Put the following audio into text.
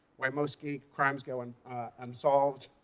why most gay crimes go and unsolved.